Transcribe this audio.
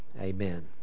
Amen